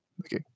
Okay